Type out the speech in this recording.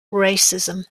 racism